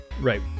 Right